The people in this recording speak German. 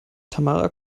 tamara